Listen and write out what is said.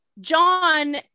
John